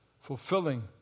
fulfilling